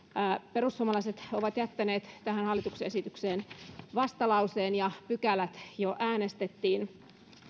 perussuomalaiset ovat jättäneet tähän hallituksen esitykseen vastalauseen pykälät jo äänestettiin